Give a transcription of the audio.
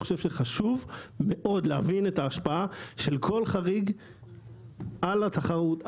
מאוד חשוב להבין את ההשפעה של כל חריג על התחרות.